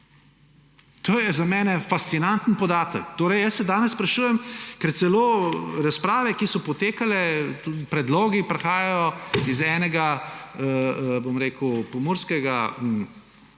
To je za mene fascinanten podatek. Torej jaz se danes sprašujem, ker celo razprave, ki so potekale, tudi predlogi prihajajo od ene pomurske pravne